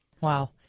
Wow